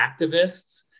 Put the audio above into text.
activists